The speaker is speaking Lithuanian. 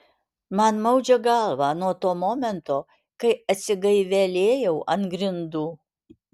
man maudžia galvą nuo to momento kai atsigaivelėjau ant grindų